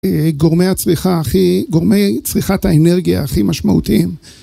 גורמי הצריכה הכי... גורמי צריכת האנרגיה הכי משמעותיים.